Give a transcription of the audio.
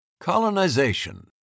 Colonization